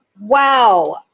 Wow